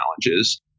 challenges